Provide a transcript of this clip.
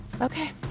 okay